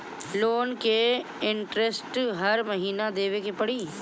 Loan के interest हर महीना देवे के पड़ी?